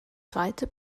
zweite